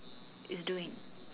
is doing